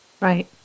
Right